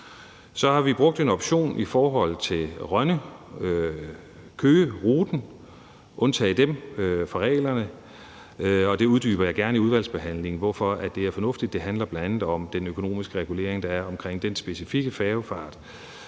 Så har vi brugt en option i forhold til Rønne-Køge-ruten, altså at undtage den fra reglerne, og der uddyber jeg gerne i udvalgsbehandlingen, hvorfor det er fornuftigt. Det handler bl.a. om den økonomiske regulering, der er omkring den specifikke færgefart.